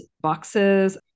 boxes